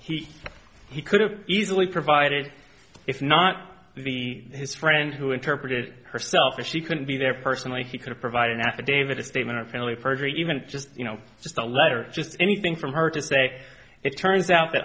he he could have easily provided if not the his friend who interpreted herself or she couldn't be there personally he could provide an affidavit a statement of family perjury even just you know just a letter just anything from her to say it turns out that